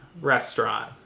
restaurant